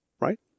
right